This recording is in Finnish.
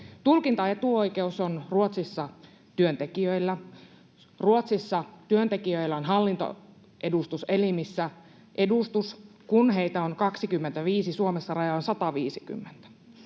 Tulkintaetuoikeus on Ruotsissa työntekijöillä. Ruotsissa työntekijöillä on hallintoedustuselimissä edustus, kun heitä on 25. Suomessa raja on 150.